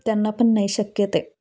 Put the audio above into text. त्यांना पण नाही शक्य ते